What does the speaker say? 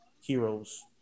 heroes